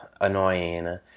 annoying